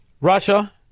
Russia